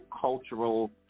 cultural